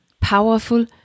powerful